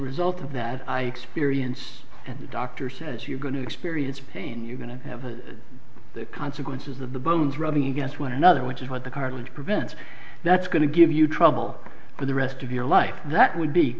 result of that i experience and the doctor says you're going to experience pain you're going to have a the consequences of the bones rubbing against one another which is what the cartilage prevents that's going to give you trouble for the rest of your life that would be